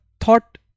thought